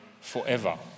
forever